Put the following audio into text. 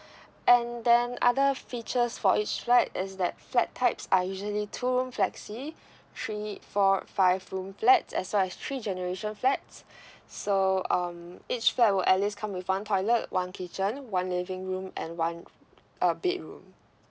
and then other features for each flat is that flat types are usually two room flexi three four five room flats as well as three generation flats so um each flat will at least come with one toilet one kitchen one living room and one uh bedroom